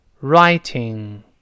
writing